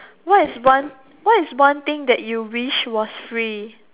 what is one what is one thing that you wish was free